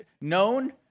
known